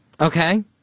Okay